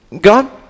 God